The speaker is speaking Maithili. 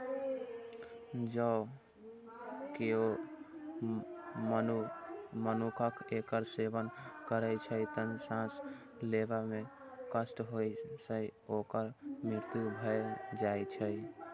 जौं केओ मनुक्ख एकर सेवन करै छै, तं सांस लेबा मे कष्ट होइ सं ओकर मृत्यु भए जाइ छै